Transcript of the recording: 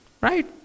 right